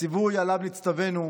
הציווי שהצטווינו,